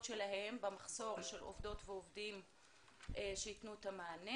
שלהם במחסור של עובדות ועובדים שיתנו את המענה.